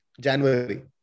January